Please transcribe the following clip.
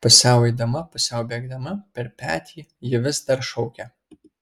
pusiau eidama pusiau bėgdama per petį ji vis dar šaukė